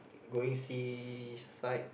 going seaside